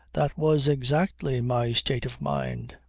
that was exactly my state of mind.